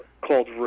called